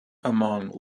among